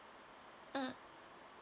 mm